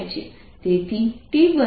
તેથી t0 છે r0 છે